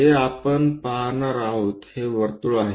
हे आपण पाहणार आहोत हे वर्तुळ आहे